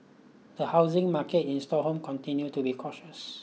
the housing market in Stockholm continued to be cautious